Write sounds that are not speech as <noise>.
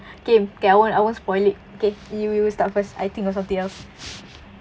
<breath> K okay I won't I won't spoil it okay you you start first I think of something else